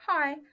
Hi